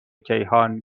کیهان